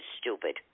stupid